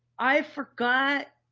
i forgot.